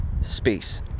space